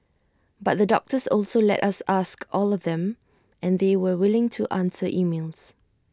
but the doctors always let us ask all them and they were willing to answer emails